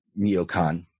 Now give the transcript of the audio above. neocon